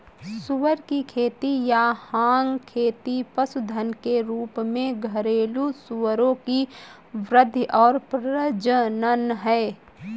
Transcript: सुअर की खेती या हॉग खेती पशुधन के रूप में घरेलू सूअरों की वृद्धि और प्रजनन है